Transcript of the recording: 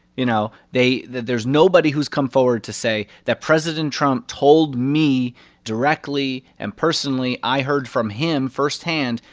you know, they that there's nobody who's come forward to say that president trump told me directly and personally, i heard from him firsthand,